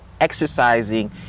exercising